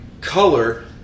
color